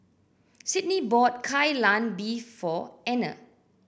Sydney bought Kai Lan Beef for Anner